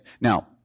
Now